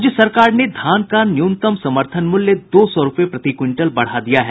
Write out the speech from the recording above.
राज्य सरकार ने धान का न्यूनतम समर्थन मूल्य दो सौ रूपये प्रति क्विंटल बढ़ा दिया है